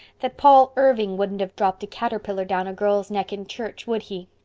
that paul irving wouldn't have dropped a caterpillar down a girl's neck in church, would he?